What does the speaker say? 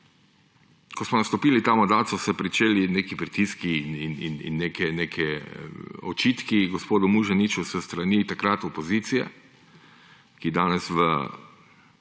ko smo nastopili ta mandat, so se pričeli neki pritiski in neki očitki gospodu Muženiču s strani takratne opozicije, ki je danes v